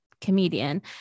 comedian